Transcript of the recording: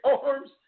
arms